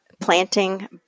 planting